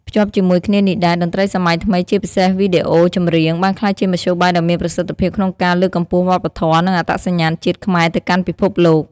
ភ្ជាប់ជាមួយគ្នានេះដែរ តន្ត្រីសម័យថ្មី ជាពិសេសវីដេអូចម្រៀង បានក្លាយជាមធ្យោបាយដ៏មានប្រសិទ្ធភាពក្នុងការលើកកម្ពស់វប្បធម៌ និងអត្តសញ្ញាណជាតិខ្មែរទៅកាន់ពិភពលោក។